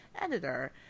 editor